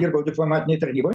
dirbau diplomatinėj tarnyboj